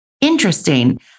Interesting